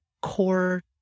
core